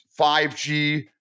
5g